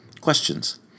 questions